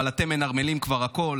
אבל אתם מנרמלים כבר הכול,